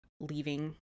leaving